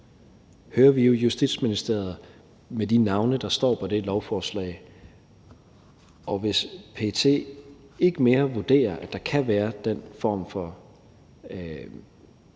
hører vi jo Justitsministeriet om de navne, der står på det lovforslag, og hvis PET ikke mere vurderer, at der kan være den form for